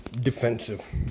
defensive